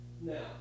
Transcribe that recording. Now